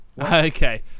Okay